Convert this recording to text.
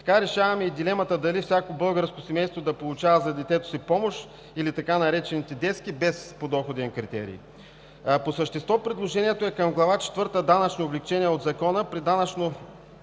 Така решаваме и дилемата дали всяко българско семейство да получава за детето си помощ, или така наречените детски без подоходен критерий. По същество предложението е към Глава IV – „Данъчни облекчения“ от Закона при данъчно